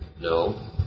no